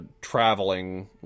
traveling